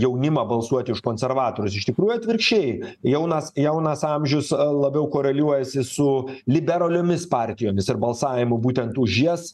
jaunimą balsuoti už konservatorius iš tikrųjų atvirkščiai jaunas jaunas amžius labiau koreliuojasi su liberaliomis partijomis ir balsavimu būtent už jas